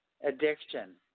addiction